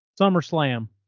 SummerSlam